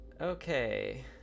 Okay